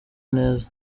neza